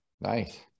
Nice